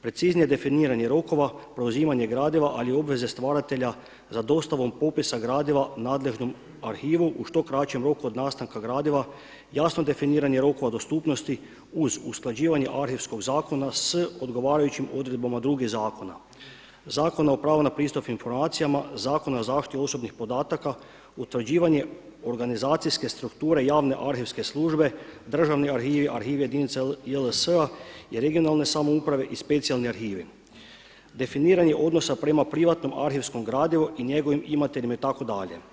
Preciznije definiranih rokova, preuzimanje gradiva, ali i obveze stvaratelja za dostavom popisa gradiva nadležnom arhivu u što kraćem roku od nastanka gradiva, jasno definiranje rokova dostupnosti uz usklađivanje Arhivskog zakona s odgovarajućim odredbama drugih zakona, Zakona o pravu na pristup informacijama, Zakon o zaštiti osobnih podataka, utvrđivanje organizacijske strukture javne arhivske službe, državni arhivi, arhivi JLS-a i regionalne samouprave i specijalni arhivi definiranje odnosa prema privatnom arhivskom gradivu i njegovim imateljima itd.